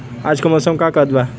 आज क मौसम का कहत बा?